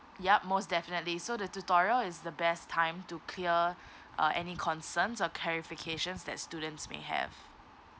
yup most definitely so the tutorial is the best time to clear uh any concerns or clarifications that students may have